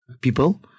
people